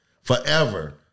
forever